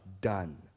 done